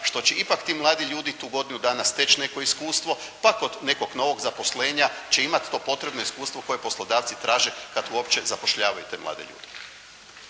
što će ipak ti mladi ljudi tu godinu dana steći neko iskustvo, pa kod nekog novog zaposlenja će imati to potrebno iskustvo koje poslodavci taže kad uopće zapošljavaju te mlade ljude.